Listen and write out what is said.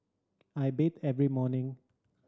I bathe every morning